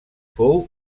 fou